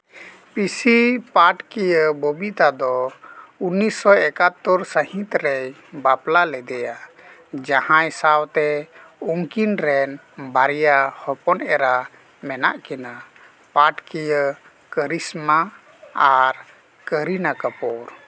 ᱵᱮᱥᱤ ᱯᱟᱴᱠᱤᱭᱟᱹ ᱵᱚᱵᱤᱛᱟ ᱫᱚ ᱩᱱᱤᱥᱥᱚ ᱮᱠᱟᱛᱛᱳᱨ ᱥᱟᱹᱦᱤᱛ ᱨᱮᱭ ᱵᱟᱯᱞᱟ ᱞᱮᱫᱮᱭᱟ ᱡᱟᱦᱟᱸᱭ ᱥᱟᱶᱛᱮ ᱩᱱᱠᱤᱱ ᱨᱮᱱ ᱵᱟᱭᱨᱟ ᱦᱚᱯᱚᱱ ᱮᱨᱟ ᱢᱮᱱᱟᱜ ᱠᱤᱱᱟ ᱯᱟᱴᱷᱠᱤᱭᱟᱹ ᱠᱚᱨᱤᱥᱢᱟ ᱟᱨ ᱠᱚᱨᱤᱱᱟ ᱠᱟᱹᱯᱩᱨ